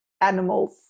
animals